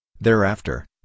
Thereafter